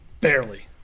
barely